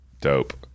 Dope